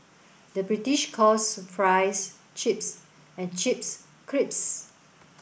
the British calls fries chips and chips crisps